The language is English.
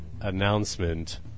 announcement